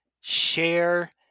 share